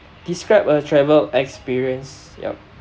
describe a travel experience yup